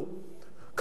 כבשו את הר-הבית.